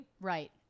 right